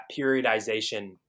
periodization